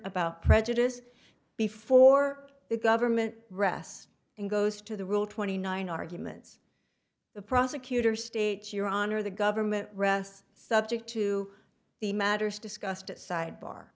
about prejudice before the government rests and goes to the rule twenty nine arguments the prosecutor states your honor the government rests subject to the matters discussed at sidebar